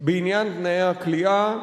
בעניין תנאי הכליאה,